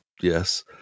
Yes